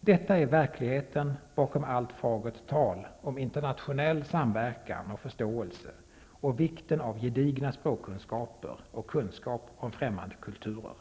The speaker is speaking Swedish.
Detta är verkligheten bakom allt fagert tal om internationell samverkan och förståelse och vikten av gedigna språkkunskaper och kunskap om främmande kulturer.